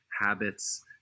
habits